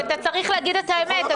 ואתה צריך להגיד את האמת,